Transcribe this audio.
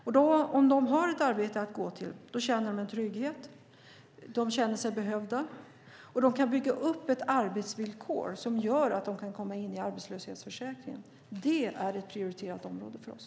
Om de har ett arbete att gå till känner de en trygghet, och de känner sig behövda. De kan bygga upp ett arbetsvillkor som gör att de kan komma in i arbetslöshetsförsäkringen. Det är ett prioriterat område för oss.